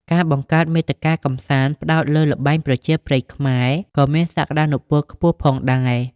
ការបង្កើតមាតិកាកម្សាន្ត ផ្តោតលើ ល្បែងប្រជាប្រិយខ្មែរក៏មាន សក្តានុពលខ្ពស់ផងដែរ។